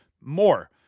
more